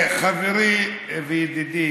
חברי וידידי